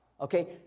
Okay